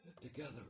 together